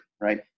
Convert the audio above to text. right